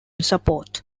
support